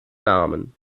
namen